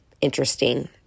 interesting